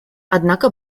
однако